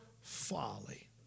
folly